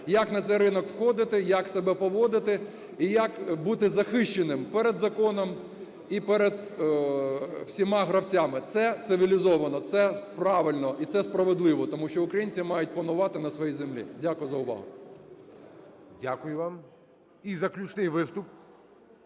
як на цей ринок входити, як себе поводити і як бути захищеним перед законом і перед усіма гравцями. Це цивілізовано, це правильно і це справедливо, тому що українці мають панувати на своїй землі. Дякую за увагу.